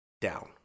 down